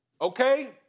okay